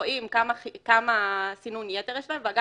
רואים כמה סינון חסר וגם